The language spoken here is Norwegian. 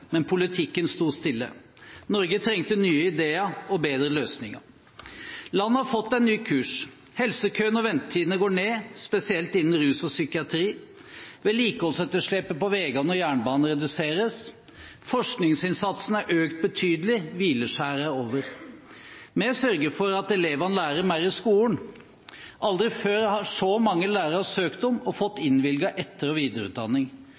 men politikken sto stille. Norge trengte nye ideer og bedre løsninger. Landet har fått en ny kurs. Helsekøene og ventetidene går ned, spesielt innen rus og psykiatri. Vedlikeholdsetterslepet på veiene og jernbanen reduseres. Forskningsinnsatsen er økt betydelig. Hvileskjæret er over. Vi sørger for at elevene lærer mer i skolen. Aldri før har så mange lærere søkt om og fått innvilget etter- og videreutdanning.